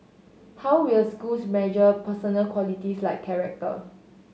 how will schools measure personal qualities like character